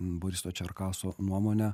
boriso čerkaso nuomone